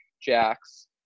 jacks